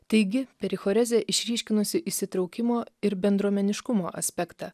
taigi perichorizė išryškinusi įsitraukimo ir bendruomeniškumo aspektą